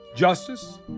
Justice